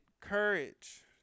courage